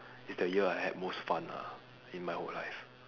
is the year I had most fun ah in my whole life